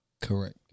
Correct